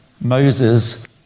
Moses